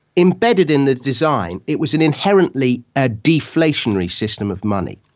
embedded in the design, it was an inherently ah deflationary system of money.